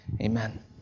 Amen